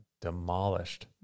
demolished